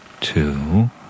Two